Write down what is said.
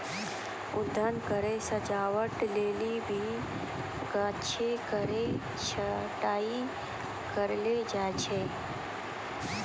उद्यान केरो सजावट लेलि भी गाछो केरो छटाई कयलो जाय छै